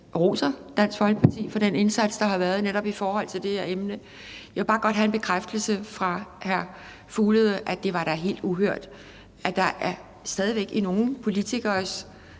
roser Dansk Folkeparti for den indsats, der har været gjort netop inden for det her emne. Jeg vil bare godt have en bekræftelse fra hr. Mads Fuglede af, at det da er helt uhørt, at der stadig væk i nogle politikeres